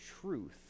truth